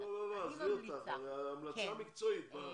לא, עזבי אותך, ההמלצה המקצועית מה?